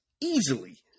easily